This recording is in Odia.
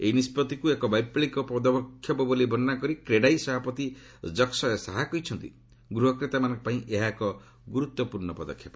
ଏହି ନିଷ୍ପତ୍ତିକୁ ଏକ ବୈପ୍ଲବିକ ପଦକ୍ଷେପ ବୋଲି ବର୍ଷନା କରି କ୍ରେଡାଇ ସଭାପତି ଜକ୍ସୟ ଶାହା କହିଛନ୍ତି ଗୃହ କ୍ରେତାମାନଙ୍କ ପାଇଁ ଏହା ଏକ ଗୁରୁତ୍ୱପୂର୍ଣ୍ଣ ପଦକ୍ଷେପ